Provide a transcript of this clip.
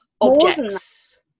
objects